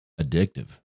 addictive